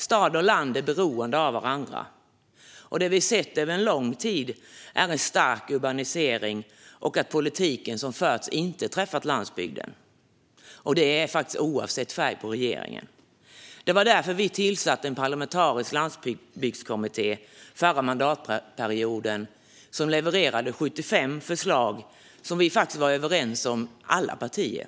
Stad och land är beroende av varandra. Det som vi har sett över lång tid är en stark urbanisering och att den politik som förts inte har träffat landsbygden, och detta är faktiskt oavsett färg på regeringen. Därför tillsatte vi en parlamentarisk landsbygdskommitté förra mandatperioden som levererade 75 förslag som vi var överens om i alla partier.